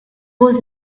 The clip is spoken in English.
was